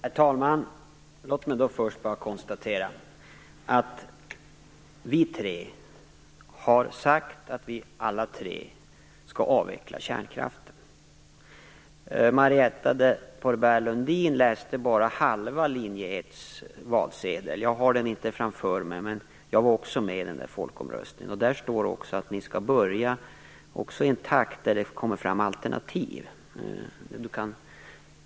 Herr talman! Låt mig först bara konstatera att alla vi tre har sagt att vi skall avveckla kärnkraften. Marietta de Pourbaix-Lundin läste bara halva linje 1:s valsedel. Jag har den inte framför mig, men jag var också med i den där folkomröstningen. Det står också att ni skall börja i den takt som det kommer fram alternativ.